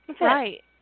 Right